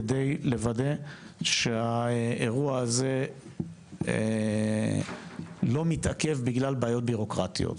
כדי לוודא שהאירוע הזה לא מתעכב בגלל בעיות בירוקרטיות.